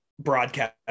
broadcast